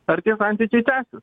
ar tie santykiai tęsis